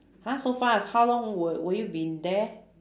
!huh! so fast how long were were you been in there